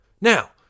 Now